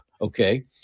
okay